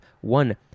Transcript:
One